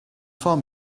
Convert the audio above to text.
phone